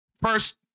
first